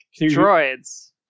droids